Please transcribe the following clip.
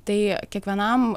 tai kiekvienam